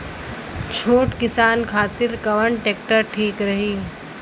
छोट किसान खातिर कवन ट्रेक्टर ठीक होई?